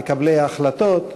מקבלי ההחלטות,